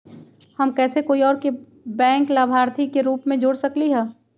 हम कैसे कोई और के बैंक लाभार्थी के रूप में जोर सकली ह?